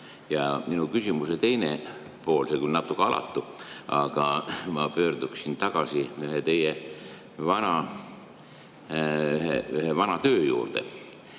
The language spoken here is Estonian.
Minu küsimuse teine pool on küll natuke alatu, aga ma pöörduksin tagasi teie ühe vana töö juurde